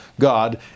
God